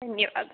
धन्यवादः